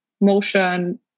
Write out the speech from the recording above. motion